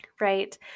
right